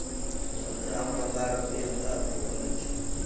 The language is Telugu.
ఒక గ్రాము బంగారంకు ఎంత అప్పు పొందొచ్చు